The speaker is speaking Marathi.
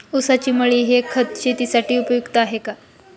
ऊसाची मळी हे खत शेतीसाठी उपयुक्त आहे का?